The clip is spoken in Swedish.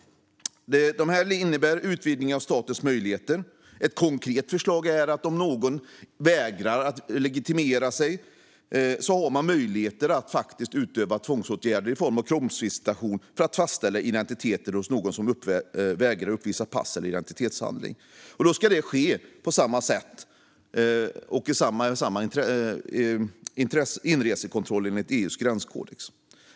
Detta innebär en utvidgning av statens möjligheter. Ett konkret förslag är att man har möjlighet att utöva tvångsåtgärder i form av kroppsvisitation för att fastställa identiteten hos någon som vägrar att uppvisa pass eller identitetshandling. Det ska då ske på samma sätt som vid inresekontroll enligt EU:s gränskodex.